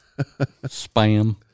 Spam